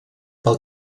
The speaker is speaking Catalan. pel